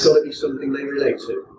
so to be something they relate to.